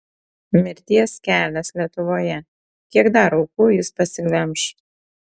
mirties kelias lietuvoje kiek dar aukų jis pasiglemš